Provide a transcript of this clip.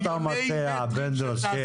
מה אתה מציע, שבמקום 30% יהיה 50%?